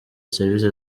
servisi